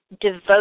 devote